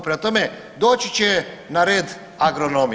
Prema tome, doći će na red agronomi.